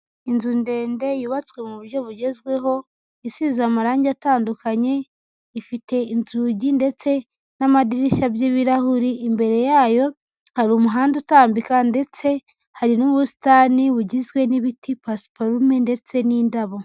Inzu ndende yubatswe mu buryo bugezweho, isize amarangi atandukanye, ifite inzugi ndetse n'amadirishya by'ibirahuri imbere yayo hari umuhanda utambika ndetse hari n'ubusitani bugizwe n'ibiti pasiparume ndetse n'indabo.